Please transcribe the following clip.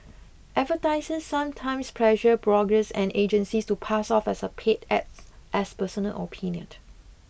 advertisers sometimes pressure bloggers and agencies to pass off as a paid ad as personal opinion